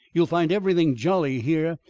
you'll find everything jolly here.